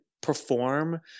perform